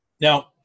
now